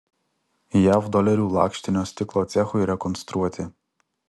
jav dolerių lakštinio stiklo cechui rekonstruoti